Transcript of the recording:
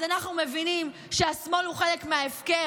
אז אנחנו מבינים שהשמאל הוא חלק מההפקר,